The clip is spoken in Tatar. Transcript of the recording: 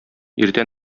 иртә